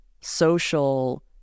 social